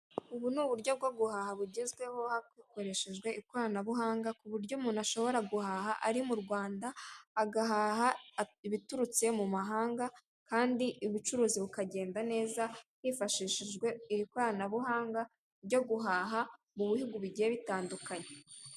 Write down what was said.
Ubu ni uburyo bwo guhaha bugezweho hakoreshejwe ikoranabuhanga, kuburyo umuntu ashobora guhaha ari mu Rwanda, agahaha ibiturutse mu mahanga kandi ubucuruzi bukagenda neza, hifashishijwe iri koranabuhanga ryo guhaha mu bihugu bigiye bitandukanye.